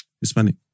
Hispanic